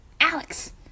Alex